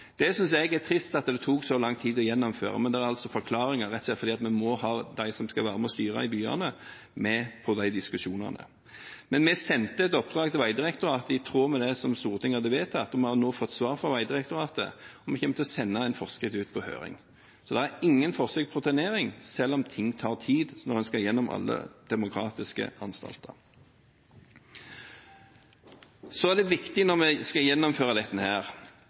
er trist at det tok så lang tid å gjennomføre, men forklaringen er altså rett og slett at vi måtte ha dem som skal være med å styre i byene, med på de diskusjonene. Men vi sendte et oppdrag til Vegdirektoratet i tråd med det som Stortinget hadde vedtatt. Vi har nå fått svar fra Vegdirektoratet, og vi kommer til å sende en forskrift ut på høring, så det er ingen forsøk på trenering – ting tar tid når en skal gjennom alle demokratiske anstalter. Så er det viktig at vi, når vi skal gjennomføre dette,